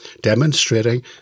demonstrating